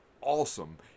awesome